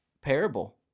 parable